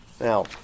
Now